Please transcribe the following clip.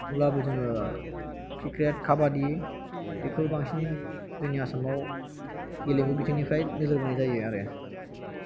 अब्लाबो जोङो क्रिकेट काबाडि बेखौ बांसिन जोंनि आसामाव गेलेमु बिथिंनिफ्राय नोजोर बोनाय जायो आरो